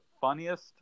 funniest